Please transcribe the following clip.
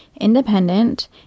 independent